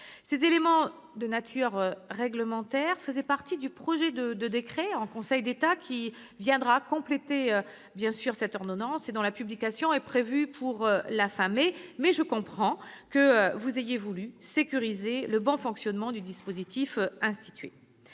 Ces éléments de nature réglementaire faisaient partie du projet de décret en Conseil d'État qui viendra compléter l'ordonnance, et dont la publication est prévue pour la fin du mois de mai. Je comprends toutefois que vous ayez voulu sécuriser le bon fonctionnement du dispositif institué.